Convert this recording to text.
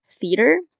theater